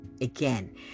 again